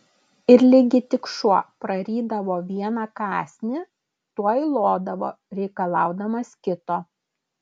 ir ligi tik šuo prarydavo vieną kąsnį tuoj lodavo reikalaudamas kito